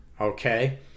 okay